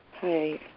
Hi